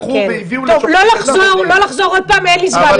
לקחו והביאו לשופטים --- לא לחזור עוד פעם על התחקיר,